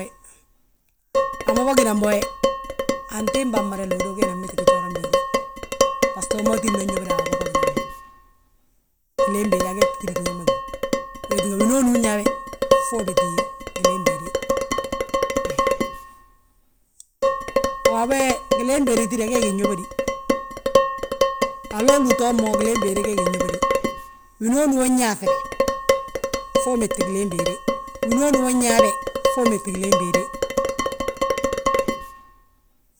He, a mo bâginan bo we, antimbaa mmada lóoda ugee nan méti gijóoraŋ béede. Bbasgo wi maa tidi ma nyóbodi a waabo bâginan bo, gilee béede a gee gtidi biñaŋ ma gíw. Wee tínga winooni unyaawe fo uméti gilee béede he. Waabo we gilee béedi tídi gee gi nyóbodi, haloolu utoo mo gilee béede gee gi nyóbodi. Winooni we nyaaŧi be, fo uméti gilee béede. Winooni we nyaa be fo uméti gilee béede.